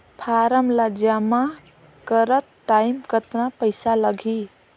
Form ला जमा करत टाइम कतना पइसा लगही?